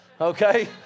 Okay